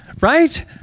right